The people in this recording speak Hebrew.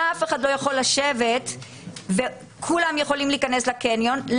אף אחד לא יכול לשבת וכולם יכולים להיכנס לקניון,